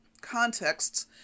contexts